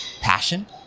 passion